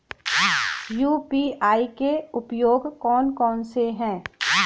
UPI के उपयोग कौन कौन से हैं?